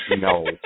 No